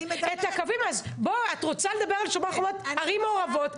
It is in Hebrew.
אז אתה רוצה לדבר על ערים מעורבות?